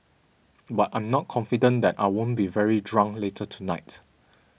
but I'm not confident that I won't be very drunk later tonight